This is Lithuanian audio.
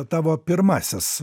tavo pirmasis